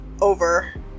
over